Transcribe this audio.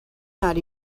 not